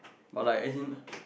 but like as in